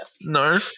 No